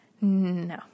No